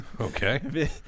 Okay